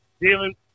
dealing